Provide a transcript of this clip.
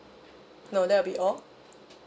no that will be all